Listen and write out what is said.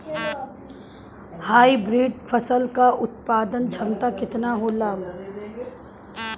Hybrid फसल क उत्पादन क्षमता केतना होला?